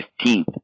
15th